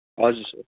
हजुर सर